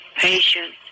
Patient